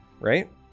right